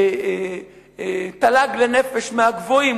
תל"ג לנפש מהגבוהים,